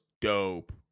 dope